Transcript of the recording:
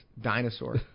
dinosaur